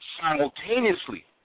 simultaneously